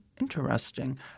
interesting